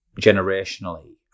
generationally